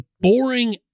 boring